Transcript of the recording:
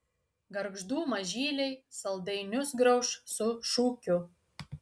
gargždų mažyliai saldainius grauš su šūkiu